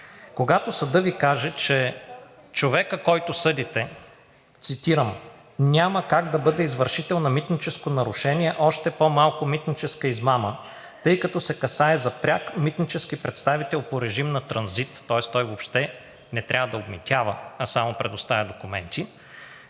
Когато съдът Ви каже, че човекът, който съдите, цитирам: „няма как да бъде извършител на митническо нарушение, още по-малко митническа измама, тъй като се касае за пряк митнически представител по режим на транзит“ – тоест той въобще не трябва да обмитява, а само предоставя документи,